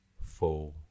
four